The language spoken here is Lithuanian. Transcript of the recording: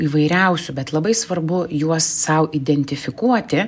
įvairiausių bet labai svarbu juos sau identifikuoti